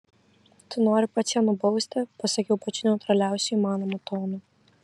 tu nori pats ją nubausti pasakiau pačiu neutraliausiu įmanomu tonu